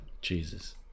jesus